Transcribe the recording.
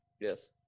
Yes